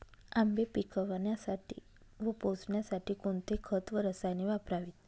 आंबे पिकवण्यासाठी व पोसण्यासाठी कोणते खत व रसायने वापरावीत?